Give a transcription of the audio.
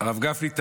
הרב גפני,